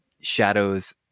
shadows